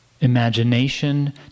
imagination